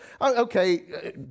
Okay